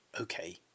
Okay